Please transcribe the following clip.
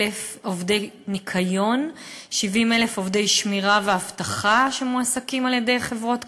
עובדי ניקיון ו-70,000 עובדי שמירה ואבטחה שמועסקים על-ידי חברות קבלן.